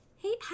Hey